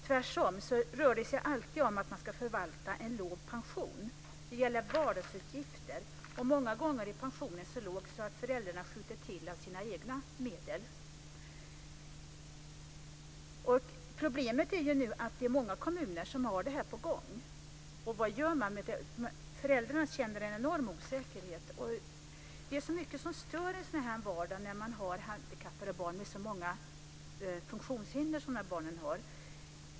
Tvärtom rör det sig alltid om att man ska förvalta en låg pension. Det gäller vardagsutgifter. Många gånger är pensionen så låg att föräldrarna skjuter till av sina egna medel. Problemet är ju nu att det är många kommuner som har det här på gång, och vad gör man? Föräldrarna känner en enorm osäkerhet. Det är så mycket som stör vardagen när man har handikappade barn med så många funktionshinder som de här barnen har.